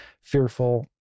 fearful